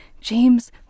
James